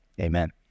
Amen